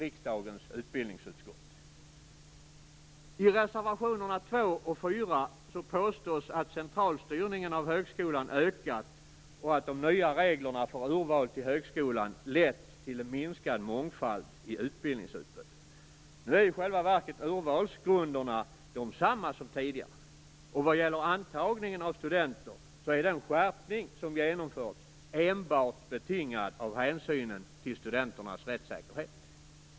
I reservationerna 2 och 4 påstås att centralstyrningen av högskolan ökat, och att de nya reglerna för urval till högskolan lett till en minskad mångfald i utbildningsutbudet. I själva verket är urvalsgrunderna desamma som tidigare, och vad gäller antagningen av studenter så är den skärpning som genomförs enbart betingad av hänsynen till studenternas rättssäkerhet.